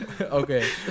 Okay